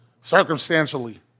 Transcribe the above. Circumstantially